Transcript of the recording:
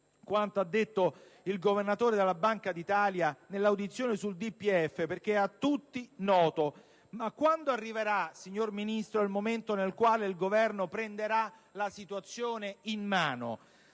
quanto detto dal Governatore della Banca d'Italia in sede di audizione sul DPEF, perché è a tutti noto. Ma, quando arriverà, signor Ministro, il momento nel quale il Governo prenderà la situazione in mano?